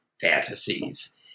fantasies